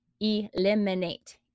eliminate